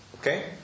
Okay